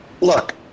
Look